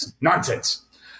nonsense